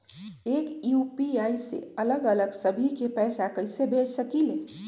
एक यू.पी.आई से अलग अलग सभी के पैसा कईसे भेज सकीले?